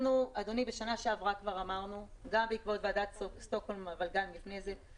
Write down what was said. בשנה שעברה כבר אמרנו גם בעקבות ועדת סטוקהולם אבל גם לפני כן,